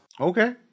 Okay